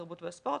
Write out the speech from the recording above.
התרבות והספורט.